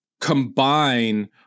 combine